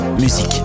Musique